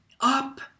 up